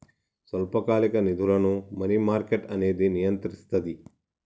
స్వల్పకాలిక నిధులను money market అనేది నియంత్రిస్తది